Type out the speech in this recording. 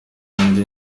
kandi